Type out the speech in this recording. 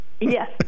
Yes